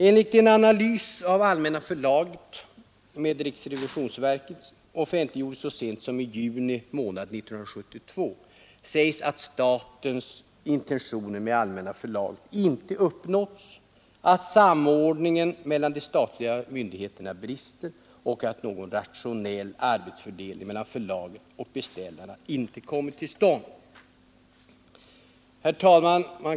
Enligt en analys av Allmänna förlaget, som riksrevisionsverket offentliggjorde så sent som i juni månad 1972, sägs att statens intentioner med Allmänna förlaget inte uppnåtts, att samordningen mellan de statliga myndigheterna brister och att någon rationell arbetsfördelning mellan förlaget och beställarna inte kommit till stånd. Herr talman!